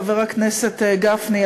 חבר הכנסת גפני,